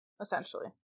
essentially